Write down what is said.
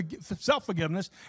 self-forgiveness